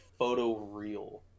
photoreal